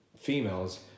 females